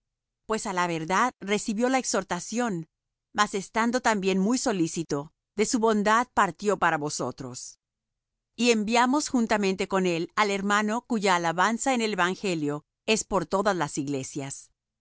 pues á la verdad recibió la exhortación mas estando también muy solícito de su voluntad partió para vosotros y enviamos juntamente con él al hermano cuya alabanza en el evangelio es por todas las iglesias